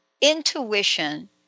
intuition